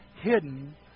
hidden